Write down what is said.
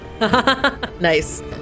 Nice